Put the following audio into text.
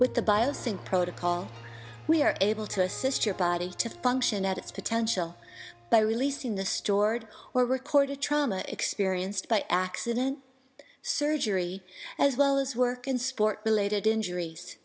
and protocol we are able to assist your body to function at its potential by releasing the stored or recorded trauma experienced by accident surgery as well as work in sport related injur